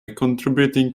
contributing